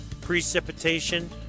precipitation